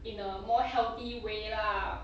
in a more healthy way lah